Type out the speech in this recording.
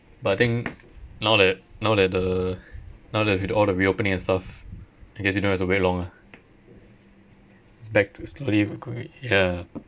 but I think now that now that the now that with all the reopening and stuff I guess you don't have to wait long ah is back to slowly ya